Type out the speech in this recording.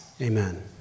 amen